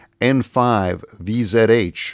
N5VZH